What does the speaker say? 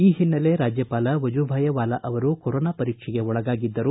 ಈ ಹಿನ್ನೆಲೆ ರಾಜ್ಯಪಾಲ ವಜೂಭಾಯಿ ವಾಲಾ ಅವರು ಕೊರೊನಾ ಪರೀಕ್ಷೆಗೆ ಒಳಗಾಗಿದ್ದರು